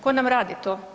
Ko nam radi to?